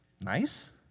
Nice